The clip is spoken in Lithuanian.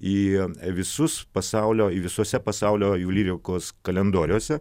į visus pasaulio į visose pasaulio jų lyrikos kalendoriuose